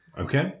Okay